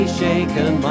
shaken